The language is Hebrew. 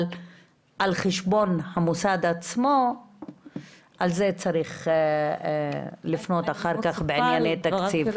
אבל על חשבון המוסד עצמו - על זה צריך לפנות אחר כך בענייני תקציב.